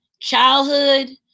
childhood